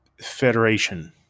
Federation